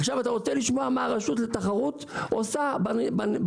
עכשיו אתה רוצה לשמוע מה הרשות לתחרות עושה בנידון?